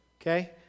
okay